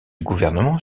gouvernement